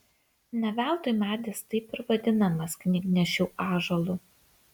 ne veltui medis taip ir vadinamas knygnešių ąžuolu